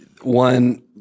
one